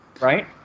right